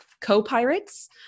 co-pirates